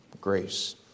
grace